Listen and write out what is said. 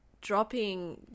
dropping